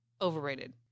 overrated